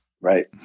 Right